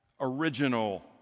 original